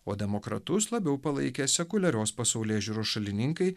o demokratus labiau palaikė sekuliarios pasaulėžiūros šalininkai